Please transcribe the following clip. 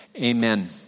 amen